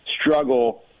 struggle